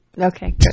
Okay